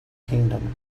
kingdom